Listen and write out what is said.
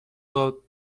داد